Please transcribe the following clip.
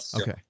Okay